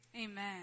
amen